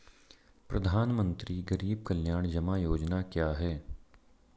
प्रधानमंत्री गरीब कल्याण जमा योजना क्या है?